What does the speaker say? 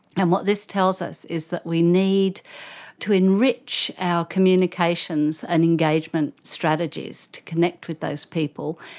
and what this tells us is that we need to enrich our communications and engagement strategies to connect with those people,